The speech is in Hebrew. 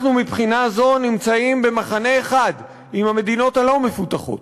אנחנו מבחינה זו נמצאים במחנה אחד עם המדינות הלא-מפותחות,